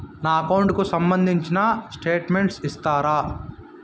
నా అకౌంట్ కు సంబంధించిన స్టేట్మెంట్స్ ఇస్తారా